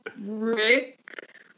Rick